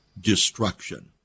destruction